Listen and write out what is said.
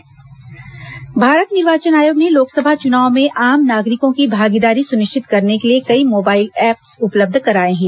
निर्वाचन आयोग ऐप भारत निर्वाचन आयोग ने लोकसभा चुनाव में आम नागरिकों की भागीदारी सुनिश्चित करने के लिए कई मोबाइल एप्स उपलब्ध कराए हैं